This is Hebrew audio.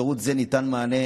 שירות זה נותן מענה